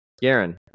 Garen